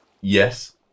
Yes